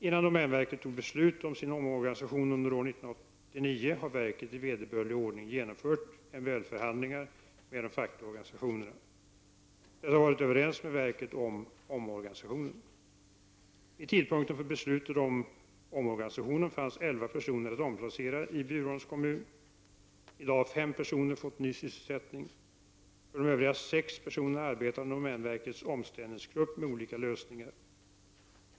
Innan domänverket tog beslut om sin omorganisation under år 1989 har verket i vederbörlig ordning genomfört MBL-förhandlingar med de fackliga organisationerna. Dessa har varit överens med verket om omorganisationen. Vid tidpunkten för beslutet om omorganisation fanns 11 personer att omplacera i Bjurholms kommun. I dag har fem personer fått ny sysselsättning. När det gäller de övriga sex personerna arbetar domänverkets omställningsgrupp med olika lösningar.